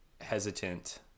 hesitant